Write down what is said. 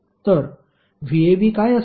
तर VAB काय असेल